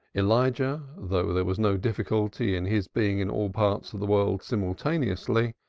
elijah, though there was no difficulty in his being in all parts of the world simultaneously,